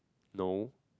no